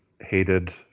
hated